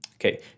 Okay